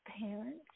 parents